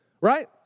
Right